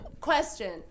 question